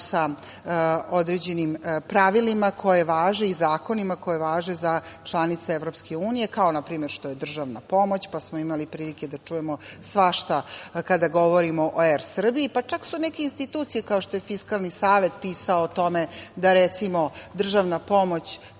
sa određenim pravilima koja važe i zakonima koji važe za članice EU, kao na primer što je državna pomoć. Imali smo prilike da čujemo svašta kada govorimo o "Er Srbiji", pa čak su neke institucije kao što je Fiskalni savet pisao o tome, da recimo državna pomoć